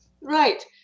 Right